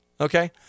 okay